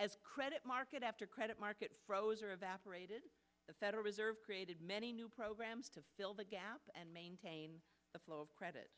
as credit market after credit markets froze or evaporated the federal reserve created many new programs to fill the gap and maintain the flow of